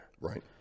Right